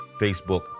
Facebook